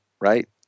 right